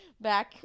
back